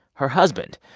her husband.